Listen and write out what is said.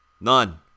None